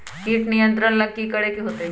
किट नियंत्रण ला कि करे के होतइ?